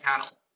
cattle